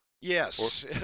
Yes